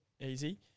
Easy